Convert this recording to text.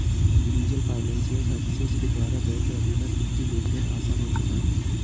diesel financial services के द्वारा bank रवीना वित्तीय लेनदेन आसान हो चुका है